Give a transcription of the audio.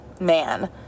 man